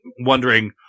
wondering